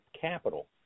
capital